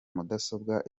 mudasobwa